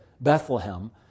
Bethlehem